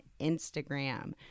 Instagram